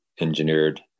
engineered